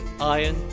iron